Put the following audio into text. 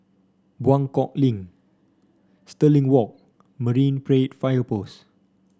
Buangkok Link Stirling Walk Marine Parade Fire Post